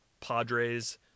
Padres